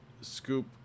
scoop